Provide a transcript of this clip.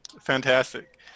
Fantastic